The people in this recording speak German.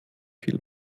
viel